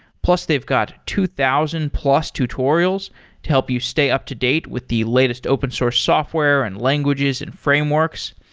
plus they've got two thousand plus tutorials to help you stay up-to-date with the latest open source software and languages and frameworks.